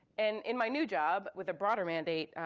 and in my new job with the broader mandate,